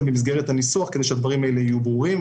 במסגרת הניסוח כדי שהדברים האלה יהיו ברורים.